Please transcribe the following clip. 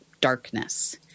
darkness